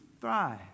thrive